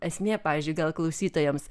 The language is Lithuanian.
esmė pavyzdžiui gal klausytojams